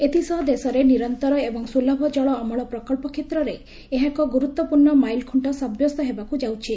ଏଥିସହ ଦେଶରେ ନିରନ୍ତର ଏବଂ ସ୍କୁଲଭ ଜଳ ଅମଳ ପ୍ରକଳ୍ପ କ୍ଷେତ୍ରରେ ଏହା ଏକ ଗୁରୁତ୍ୱପୂର୍ଣ୍ଣ ମାଇଲଖୁଣ୍ଟ ସାବ୍ୟସ୍ତ ହେବାକୁ ଯାଉଛି